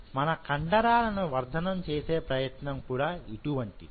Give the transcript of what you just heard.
మన కండరాలను వర్ధనం చేసే ప్రయత్నం కూడా ఇటువంటిదే